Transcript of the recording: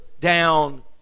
down